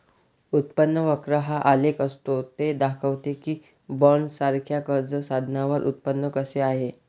उत्पन्न वक्र हा आलेख असतो ते दाखवते की बॉण्ड्ससारख्या कर्ज साधनांवर उत्पन्न कसे आहे